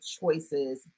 choices